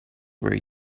were